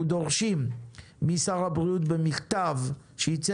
אנחנו דורשים משר הבריאות במכתב שיצא